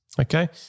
Okay